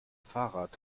fahrrad